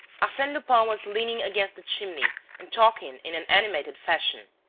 arsene lupin was leaning against the chimney and talking in an animated fashion.